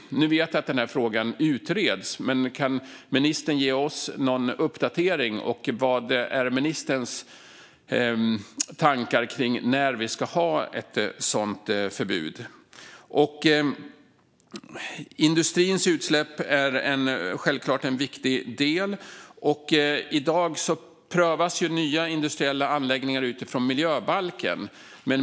Nu vet jag att den frågan utreds, men kan ministern ge oss någon uppdatering? Vad är ministerns tankar kring när vi ska ha ett sådant förbud? Industrins utsläpp är självklart en viktig del. I dag prövas nya industriella anläggningar utifrån miljöbalken.